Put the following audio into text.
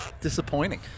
Disappointing